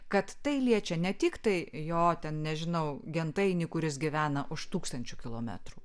kad tai liečia ne tik tai jo ten nežinau gentainį kuris gyvena už tūkstančių kilometrų